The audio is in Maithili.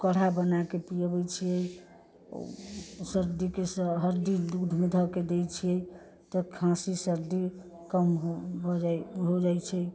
काढ़ा बनाके पियाबै छियै सर्दीके हरदी दूधमे धऽ के दै छियै तब खाँसी सर्दी कम हो जाइ छै